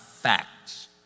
facts